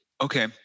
Okay